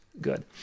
good